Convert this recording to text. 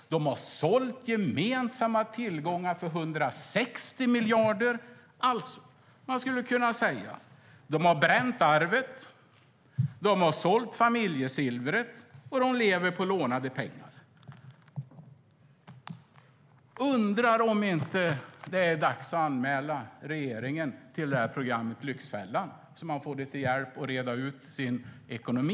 Regeringen har sålt gemensamma tillgångar för 160 miljarder. Regeringen har bränt arvet, sålt familjesilvret och lever på lånade pengar. Jag undrar om det inte är dags att anmäla regeringen till programmet Lyxfällan så att man får hjälp att reda ut sin ekonomi.